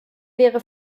wäre